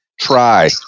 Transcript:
Try